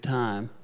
time